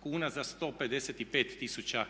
kuna za 155 tisuća